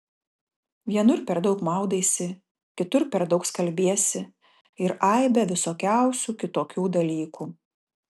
vienur per daug maudaisi kitur per daug skalbiesi ir aibę visokiausių kitokių dalykų